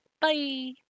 Bye